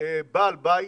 בעל בית